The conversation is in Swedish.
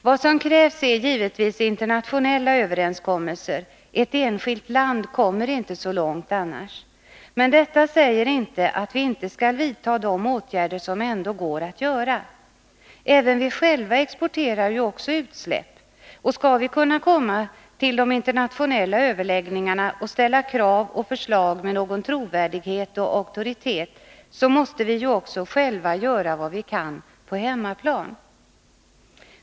Vad som krävs är givetvis internationella överenskommelser — ett enskilt land kommer inte så långt annars. Men detta säger inte att vi inte skall vidta de åtgärder som ändå går att vidta. Även vi själva exporterar ju utsläpp, och skall vi kunna komma till de internationella överläggningarna och ställa krav och lägga fram förslag med någon trovärdighet och auktoritet, så måste vi också själva göra vad vi kan på hemmaplan.